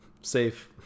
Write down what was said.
safe